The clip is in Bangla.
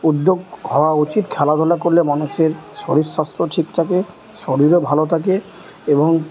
উদ্যোগ হওয়া উচিত খেলাধুলা করলে মানুষের শরীর স্বাস্থ্যও ঠিক থাকে শরীরও ভালো থাকে এবং